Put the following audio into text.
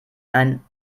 einen